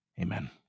Amen